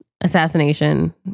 assassination